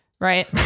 right